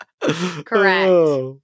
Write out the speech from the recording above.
correct